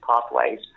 pathways